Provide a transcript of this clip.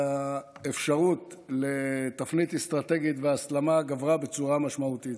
והאפשרות לתפנית אסטרטגית והסלמה גברה בצורה משמעותית.